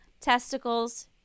Testicles